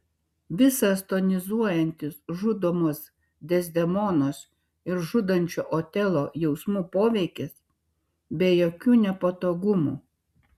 visas tonizuojantis žudomos dezdemonos ir žudančio otelo jausmų poveikis be jokių nepatogumų